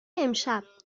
امشب